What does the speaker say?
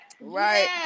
Right